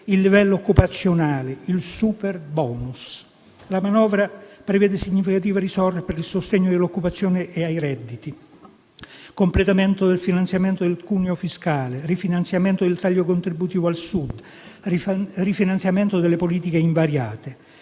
il livello occupazionale, il superbonus. La manovra prevede significativa risorse per il sostegno dell'occupazione e dei redditi, il completamento del finanziamento del cuneo fiscale, il rifinanziamento del taglio contributivo al Sud, il rifinanziamento delle cosiddette politiche invariate,